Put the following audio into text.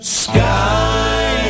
sky